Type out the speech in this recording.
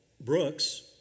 Brooks